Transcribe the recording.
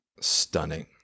stunning